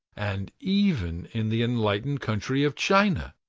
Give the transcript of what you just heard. and even in the enlightened country of china.